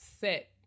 set